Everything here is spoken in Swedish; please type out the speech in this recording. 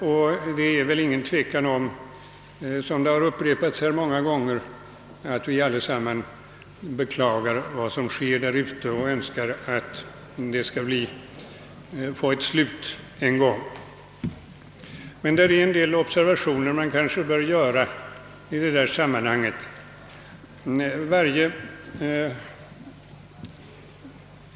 Och det råder inget tvivel om, såsom framhållits så många gånger här, att vi allesammans beklagar vad som sker där ute och önskar att det skall få ett slut någon gång. Men det är en del observationer man bör göra i detta sammanhang.